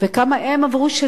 וכמה הם עברו,